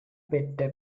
பெற்ற